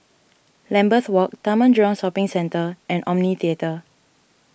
Lambeth Walk Taman Jurong Shopping Centre and Omni theatre